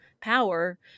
power